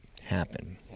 happen